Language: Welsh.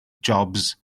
jobs